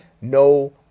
no